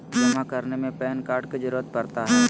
जमा करने में पैन कार्ड की जरूरत पड़ता है?